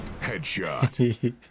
Headshot